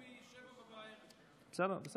מ-19:00, אם לא לפני כן.